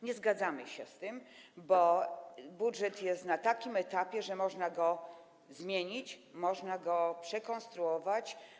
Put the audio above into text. Nie zgadzamy się z tym, bo budżet jest na takim etapie, że można go zmienić, można go przekonstruować.